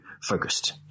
focused